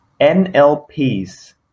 NLP's